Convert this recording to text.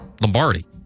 Lombardi